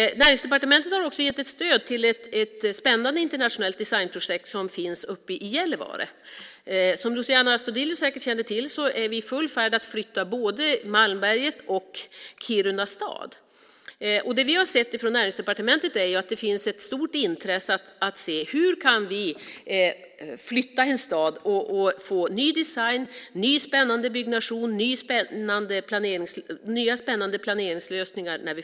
Näringsdepartementet har också gett ett stöd till ett spännande internationellt designprojekt i Gällivare. Som Luciano Astudillo säkert känner till är vi i full färd att flytta både Malmberget och Kiruna stad. Vi i Näringsdepartementet har sett att det finns ett stort intresse för hur vi kan flytta en stad och få ny design, ny spännande byggnation och nya spännande planeringslösningar.